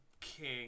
King